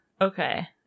okay